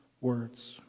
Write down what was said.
words